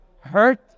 hurt